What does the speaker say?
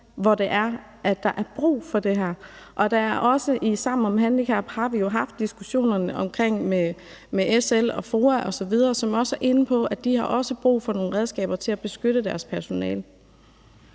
hvor der er brug for det her. Og i Sammen om handicap har vi jo haft diskussionerne omkring det med SL og FOA osv., som også er inde på, at de har brug for nogle redskaber til at beskytte deres personale.